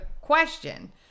question